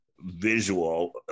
visual